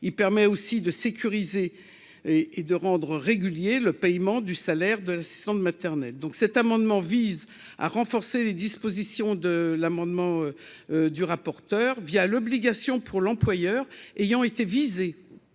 il permet aussi de sécuriser et et de rendre régulier le paiement du salaire de 100 maternels, donc cet amendement vise à renforcer les dispositions de l'amendement du rapporteur via l'obligation pour l'employeur ayant été visé